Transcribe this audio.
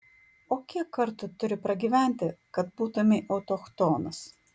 o kiek kartų turi pragyventi kad būtumei autochtonas